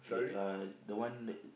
ya uh the one that